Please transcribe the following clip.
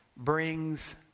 brings